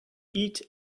eat